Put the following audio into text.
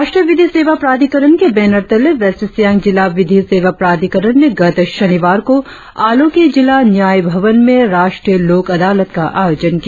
राष्ट्रीय विधि सेवा प्राधिकरण के बेनर तले वेस्ट सियांग जिला विधि सेवा प्राधिकरण ने गत शनिवार को आलो के जिला न्याय भवन में राष्ट्रीय लोक अदालत का आयोजन किया